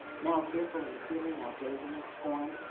now fearful and appealing, now blazing with scorn.